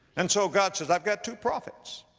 and so god says, i've got two prophets.